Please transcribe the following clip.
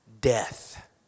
death